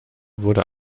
wurde